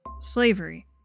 Slavery